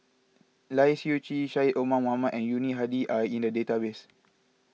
Lai Siu Chiu Syed Omar Mohamed and Yuni Hadi are in the database